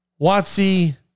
Watsy